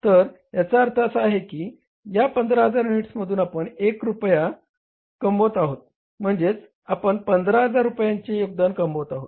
तर याचा अर्थ असा आहे की या 15000 युनिट्समधून आपण 1 रुपया कमवत आहोत म्हणजे आपण 15000 रुपयांचे योगदान कमवत आहोत